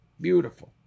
Beautiful